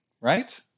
right